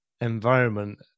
environment